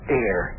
air